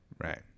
Right